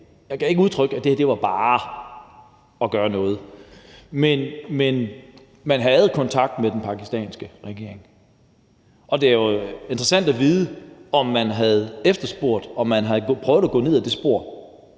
min tale gav udtryk for, at det her bare var at gøre noget. Men man havde kontakt med den pakistanske regering, og det er jo interessant at vide, om man har efterspurgt og om man har prøvet at gå ned ad det spor,